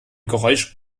geräusch